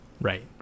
Right